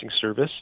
service